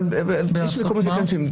יש מקומות שכן שומעים.